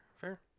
fair